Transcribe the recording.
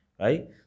right